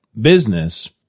business